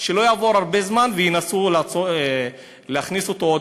שלא יעבור הרבה זמן וינסו להכניס אותו עוד